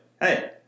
Hey